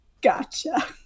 gotcha